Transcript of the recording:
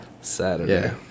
saturday